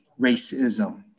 racism